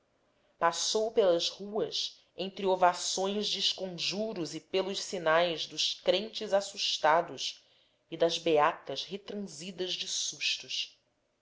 passou pelas ruas entre ovações de esconjuros e pelos sinais dos crentes assustados e das beatas retransidas de sustos